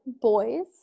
Boys